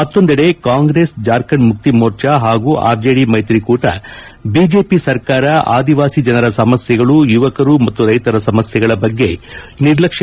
ಮತ್ತೊಂದೆಡೆ ಕಾಂಗ್ರೆಸ್ ಜಾರ್ಖಂಡ್ ಮುಕ್ತಿ ಮೋರ್ಚಾ ಹಾಗೂ ಆರ್ಜೆದಿ ಮೈತ್ರಿ ಕೂಟ ಬಿಜೆಪಿ ಸರ್ಕಾರ ಆದಿವಾಸಿ ಜನರ ಸಮಸ್ಯೆಗಳು ಯುವಕರು ಮತ್ತು ರೈತರ ಸಮಸ್ಯೆಗಳ ಬಗ್ಗೆ ನಿರ್ಲಕ್ಷ್